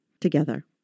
together